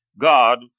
God